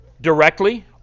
directly